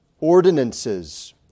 ordinances